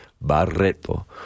Barreto